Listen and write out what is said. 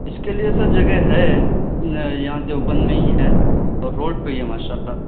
اس کے لیے سر جگہ ہے یہاں دیوبند میں ہی ہے اور روڈ پہ ہی ہے ماشاء اللہ